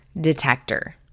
detector